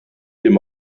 dem